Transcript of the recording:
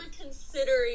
considering